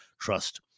trust